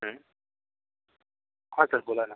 हां सर बोला ना